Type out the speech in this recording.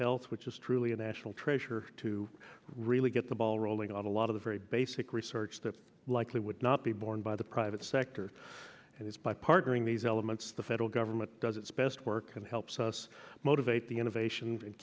health which is truly a national treasure to really get the ball rolling on a lot of the very basic research that's likely would not be borne by the private sector and it's by partnering these elements the federal government does its best work and helps us motivate the innovations and